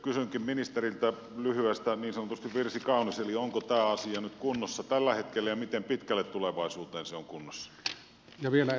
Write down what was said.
kysynkin ministeriltä lyhyestä niin sanotusti virsi kaunis onko tämä asia nyt kunnossa tällä hetkellä ja miten pitkälle tulevaisuu teen se on kunnossa ja ville